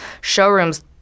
showrooms